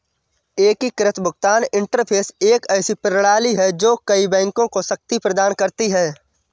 एकीकृत भुगतान इंटरफ़ेस एक ऐसी प्रणाली है जो कई बैंकों को शक्ति प्रदान करती है